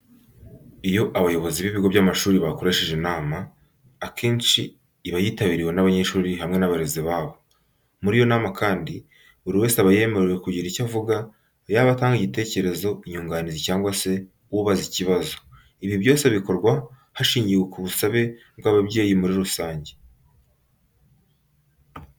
Iyo abayobozi b'ibigo by'amashuri bakoresheje inama, akenshi iba yitabiriwe n'abanyeshuri hamwe n'abarezi babo. Muri iyo nama kandi, buri wese aba yemerewe kugira icyo avuga yaba utanga igitekerezo, inyunganizi cyangwa se ubaza ikibazo. Ibi byose bikorwa hashingiwe ku busabe bw'ababyeyi muri rusange.